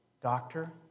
Doctor